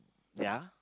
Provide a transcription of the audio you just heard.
ya